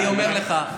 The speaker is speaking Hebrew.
אני אומר לך,